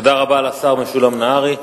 תודה רבה לשר משולם נהרי.